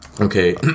Okay